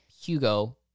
Hugo